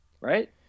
right